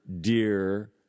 dear